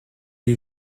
les